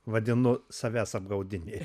vadinu savęs apgaudinėti